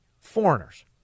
foreigners